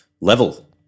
level